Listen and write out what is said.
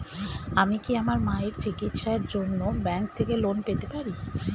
আমি কি আমার মায়ের চিকিত্সায়ের জন্য ব্যঙ্ক থেকে লোন পেতে পারি?